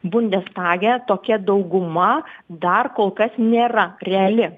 bundestage tokia dauguma dar kol kas nėra reali